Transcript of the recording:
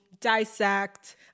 dissect